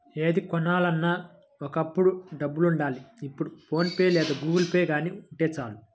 ఏది కొనాలన్నా ఒకప్పుడు డబ్బులుండాలి ఇప్పుడు ఫోన్ పే లేదా గుగుల్పే గానీ ఉంటే చాలు